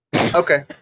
Okay